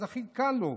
אז הכי קל לו,